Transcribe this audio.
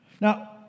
now